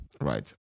right